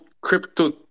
crypto